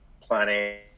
planning